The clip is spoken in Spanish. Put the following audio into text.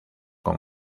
con